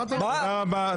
תודה רבה.